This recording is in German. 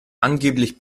angeblich